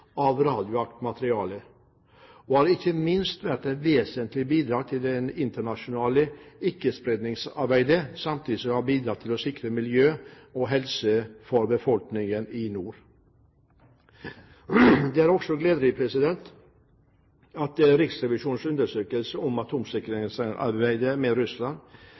av radioaktivt materiale og har ikke minst vært et vesentlig bidrag til det internasjonale ikkespredningsavtalearbeidet, samtidig som det har bidratt til å sikre miljø og helse for befolkningen i nord. Det er også gledelig at Riksrevisjonens undersøkelse om atomsikkerhetssamarbeidet med Russland